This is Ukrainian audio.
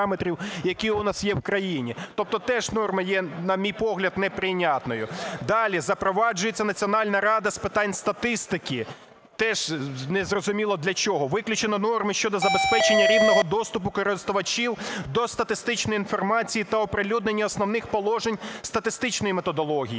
які у нас є в країні. тобто теж норма є, на мій погляд, неприйнятною. Далі. Запроваджується Національна рада з питань статистики. Теж незрозуміло, для чого. Виключено норми щодо забезпечення рівного доступу користувачів до статистичної інформації та оприлюднення основних положень статистичної методології.